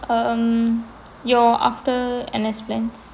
um your after N_S plans